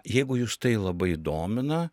jeigu jus tai labai domina